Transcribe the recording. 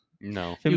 No